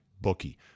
Bookie